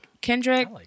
Kendrick